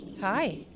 hi